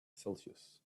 celsius